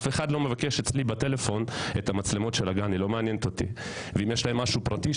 אם יש לגננות משהו פרטי,